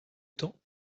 temps